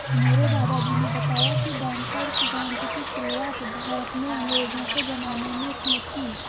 मेरे दादाजी ने बताया की बैंकर्स बैंक की शुरुआत भारत में अंग्रेज़ो के ज़माने में की थी